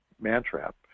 Mantrap